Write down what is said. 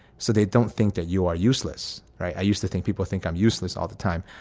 so they don't think that you are useless. right? i used to think people think i'm useless all the time,